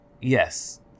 yes